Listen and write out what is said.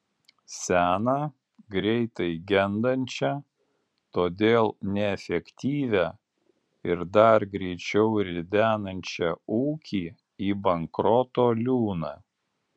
seną greitai gendančią todėl neefektyvią ir dar greičiau ridenančią ūkį į bankroto liūną